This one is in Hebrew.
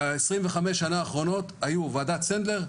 ב-25 שנה האחרונות היו ועדת סנדלר,